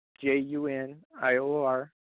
J-U-N-I-O-R